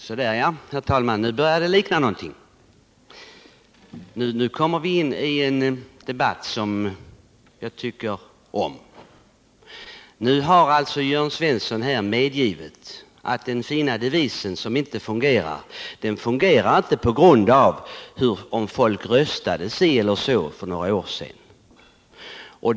Herr talman! Så där ja, nu börjar det likna någonting. Nu kommer vi in i en debatt som jag tycker om. Jörn Svensson har medgivit att det faktum att de fina bevisen inte fungerar inte beror på hur folk röstade för några år sedan.